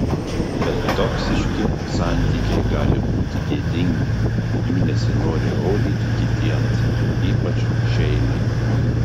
bet toksiški santykiai gali būti gėdingi jų nesinori rodyti kitiems ypač šeimai